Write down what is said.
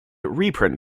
reprint